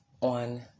on